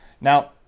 now